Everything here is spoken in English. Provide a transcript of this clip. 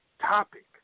topic